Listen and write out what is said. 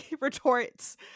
retorts